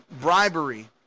bribery